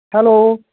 hello